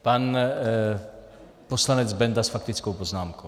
Pan poslanec Benda s faktickou poznámkou.